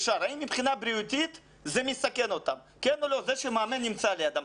האם מבחינה בריאותית מסכן אותם זה שמאמן נמצא לידם?